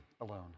alone